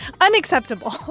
Unacceptable